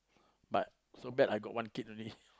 but so bad I got one kid only